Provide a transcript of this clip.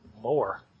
more